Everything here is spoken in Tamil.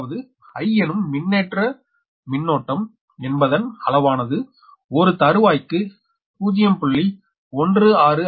அதாவது I எனும் மின்னேற்ற மின்னோட்டம் என்பதின் அளவானது ஒரு தருவாய்க்கு 0